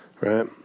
right